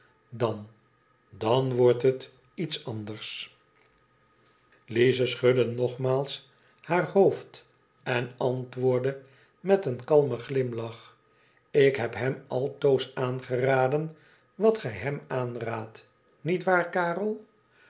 dan dan wordt het iets anders lize schudde nogmaals haar hoofd en antwoordde met een kalmen ghmlach lik heb hem altoos aangeraden wat gij hem aanraadt niet waar karel